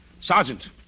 Sergeant